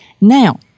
Now